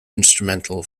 instrumental